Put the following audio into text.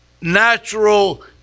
natural